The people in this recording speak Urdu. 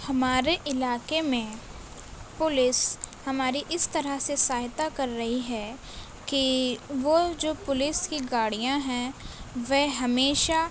ہمارے علاقے میں پولیس ہماری اس طرح سے سہایتا کر رہی ہے کہ وہ جو پولیس کی گاڑیاں ہیں وہ ہمیشہ